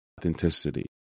authenticity